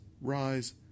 Rise